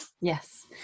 Yes